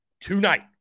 tonight